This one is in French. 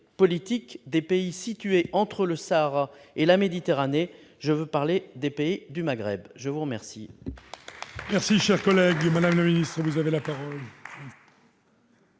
des pays situés entre le Sahara et la Méditerranée- je veux parler des pays du Maghreb ? La parole